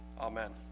Amen